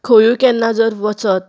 खंयूय केन्ना जर वचत